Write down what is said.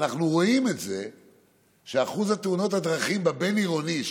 אנחנו רואים ששיעור תאונות הדרכים בבין-עירוני,